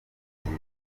ibi